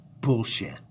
bullshit